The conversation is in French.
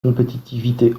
compétitivité